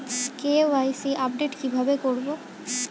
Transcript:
KYC update কি ভাবে করবো?